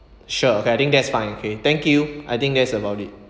sure I think that's fine okay thank you I think that's about it